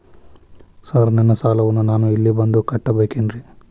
Sir ನನ್ನ ಸಾಲವನ್ನು ನಾನು ಇಲ್ಲೇ ಬಂದು ಕಟ್ಟಬೇಕೇನ್ರಿ?